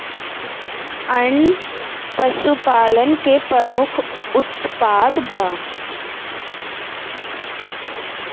अंडा पशुपालन के प्रमुख उत्पाद बा